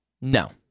No